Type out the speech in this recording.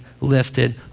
lifted